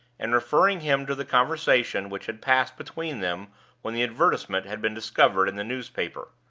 and referring him to the conversation which had passed between them when the advertisement had been discovered in the newspaper.